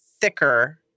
thicker